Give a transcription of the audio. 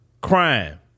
crime